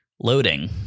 loading